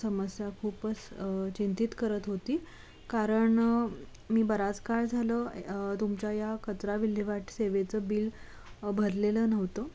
समस्या खूपच चिंतीत करत होती कारण मी बराच काळ झालं तुमच्या या कचरा विल्हेवाट सेवेचं बिल भरलेलं नव्हतं